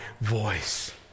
voice